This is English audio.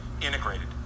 integrated